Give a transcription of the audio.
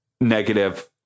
negative